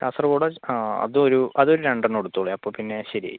കാസർഗോഡ് ആ അതൊരു അത് ഒരു രണ്ടെണ്ണം എടുത്തോളൂ അപ്പോൾ പിന്നെ ശരിയായി